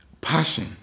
passion